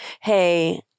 hey